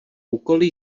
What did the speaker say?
úkoly